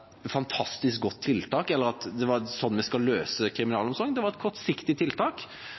fantastisk godt tiltak, eller at det er sånn vi skal løse kriminalomsorgen. Det var et kortsiktig tiltak